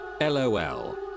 LOL